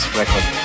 record